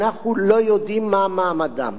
אנחנו לא יודעים מה מעמדם.